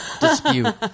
dispute